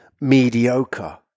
mediocre